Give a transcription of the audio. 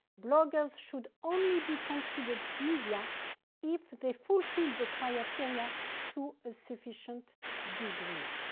bloggers should only be considered media if they fulfill the criteria to a sufficient degree.